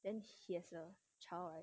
then he has a child right